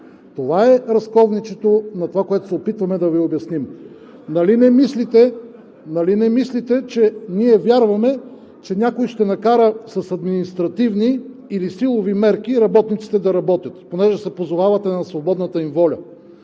това е разковничето на онова, което се опитваме да Ви обясним. Нали не мислите, че ние вярваме, че някой ще накара с административни или силови мерки работниците да работят, понеже се позовавате на свободната им воля?!